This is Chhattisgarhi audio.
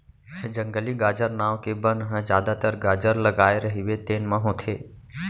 जंगली गाजर नांव के बन ह जादातर गाजर लगाए रहिबे तेन म होथे